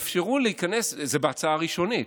זה בהצעה הראשונית,